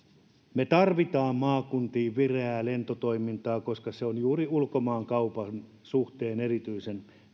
me tarvitsemme maakuntiin vireää lentotoimintaa koska se on juuri ulkomaankaupan suhteen erityisen